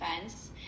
fence